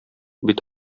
бит